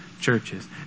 churches